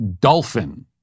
dolphin